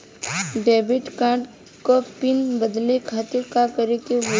Debit card क pin बदले खातिर का करेके होई?